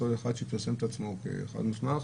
אותו אחד שפרסם את עצמו כטכנאי מוסמך,